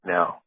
Now